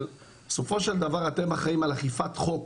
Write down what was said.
בסופו של דבר אתם אחראים על אכיפת חוק